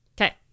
Okay